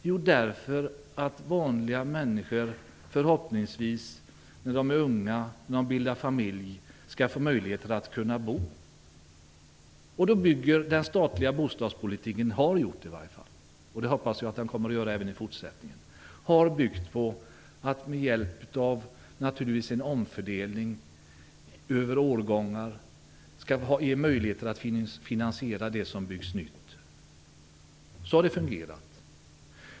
Jo, därför att vanliga människor, förhoppningsvis, när de är unga och skall bilda familj skall få möjligheter att kunna bo. Då bygger den statliga bostadspolitiken på - den har i varje fall gjort det, och jag hoppas att den kommer att göra det även i fortsättningen - att med hjälp av en omfördelning över årgångar ge möjlighet att finansiera det som byggs nytt. Så har det fungerat.